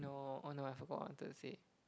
no on what I forgot wanted to say